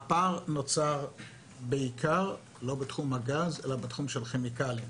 הפער נוצר בעיקר לא בתחום הגז אלא בתחום הכימיקלים,